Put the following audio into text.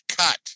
cut